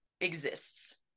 exists